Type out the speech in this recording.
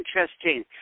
interesting